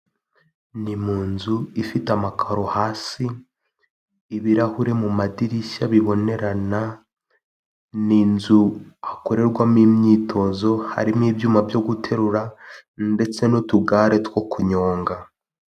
Ni mu nzu ifite amakaro hasi, ibirahure mu madirishya bibonerana, n'inzu hakorerwamo imyitozo, harimo ibyuma byo guterura ndetse n'utugare two kunyonga.